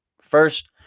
First